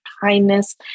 kindness